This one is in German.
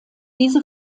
diese